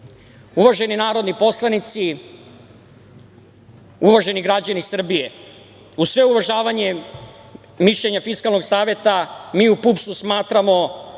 formule. Uvaženi narodni poslanici, uvaženi građani Srbije, uz sve uvažavanje mišljenja Fiskalnog saveta, mi u PUPS-u smatramo,